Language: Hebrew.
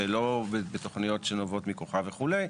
שלא עובדת בתוכניות שנובעות מכוחה וכולה,